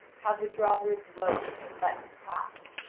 have the drawbridge lowered, and let me pass.